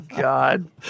god